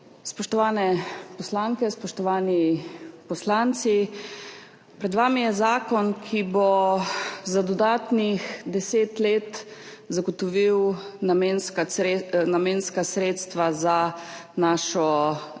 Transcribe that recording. Spoštovane poslanke, spoštovani poslanci! Pred vami je zakon, ki bo za dodatnih deset let zagotovil namenska sredstva za našo